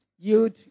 Yield